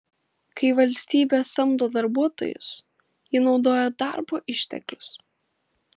kai valstybė samdo darbuotojus ji naudoja darbo išteklius